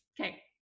okay